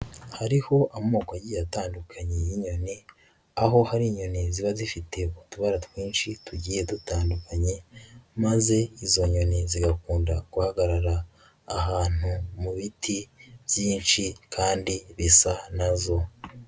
Hariho amoko agiye atandukanye y'inyoni, aho hari inyoni ziba zifite utubara twinshi tugiye dutandukanye, maze izo nyoni zigakunda guhagarara ahantu mu biti byinshi kandi bisa na zo.